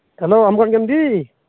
hello